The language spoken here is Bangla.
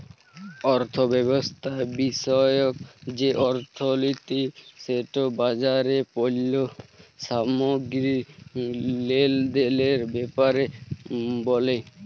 অথ্থব্যবস্থা বিষয়ক যে অথ্থলিতি সেট বাজারে পল্য সামগ্গিরি লেলদেলের ব্যাপারে ব্যলে